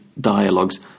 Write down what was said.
dialogues